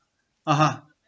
(uh huh)